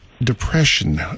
Depression